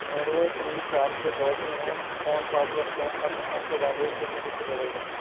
ਮੇਰੇ ਫ੍ਰੀਚਾਰਜ ਦੇ ਲੌਕ ਨੂੰ ਫ਼ੋਨ ਪਾਸਵਰਡ ਤੋਂ ਅੱਠ ਅੰਕ ਵਾਲੇ ਪਿੰਨ ਵਿੱਚ ਬਦਲ ਦਿਉ